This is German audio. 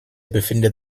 befindet